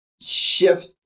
shift